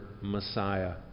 Messiah